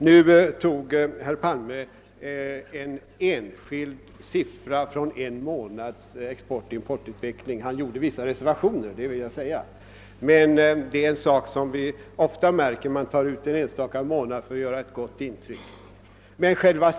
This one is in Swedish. Herr Palme tog en enskild siffra från en månads exportoch importutveckling. Han gjorde vissa reservationer — det vill jag säga — men det är en sak vi ofta märker, att man väljer ut en enstaka månad för att göra ett gott intryck.